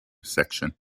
section